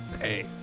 Hey